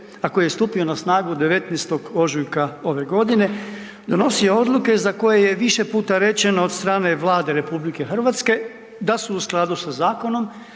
a koji je stupio na snagu 19.ožujka ove godine, donosio odluke za koje je više puta rečeno od strane Vlade RH da su u skladu sa zakonom,